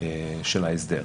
של ההסדר.